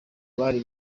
bari